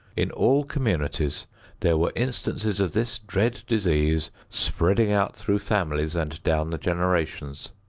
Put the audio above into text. in all communities there were instances of this dread disease spreading out through families and down the generations.